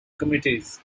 committees